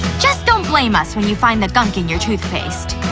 just don't blame us when you find the gunk in your toothpaste.